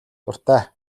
дуртай